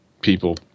people